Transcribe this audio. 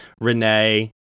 Renee